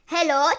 Hello